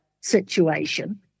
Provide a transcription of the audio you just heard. situation